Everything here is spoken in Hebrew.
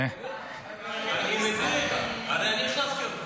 --- אני החלפתי אותה.